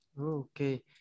Okay